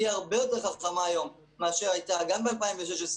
היא הרבה יותר חכמה היום ממה שהייתה גם ב-2016,